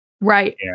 Right